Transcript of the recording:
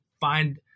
find